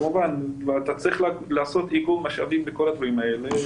אבל אתה צריך לעשות איגום משאבים בכל הדברים האלה.